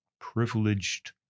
privileged